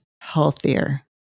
healthier